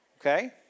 okay